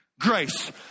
grace